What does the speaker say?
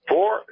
Four